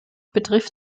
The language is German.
betrifft